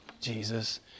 Jesus